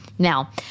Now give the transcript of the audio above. Now